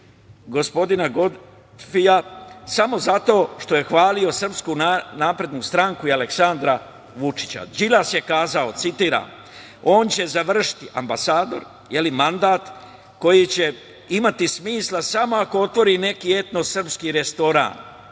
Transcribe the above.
Godfija samo zato što je hvalio SNS i Aleksandra Vučića. Đilas je kazao, citiram – on će završiti, ambasador, mandat koji će imati smisla samo ako otvori neki etno srpski restoran